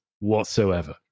whatsoever